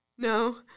No